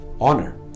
honor